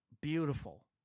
beautiful